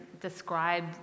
describe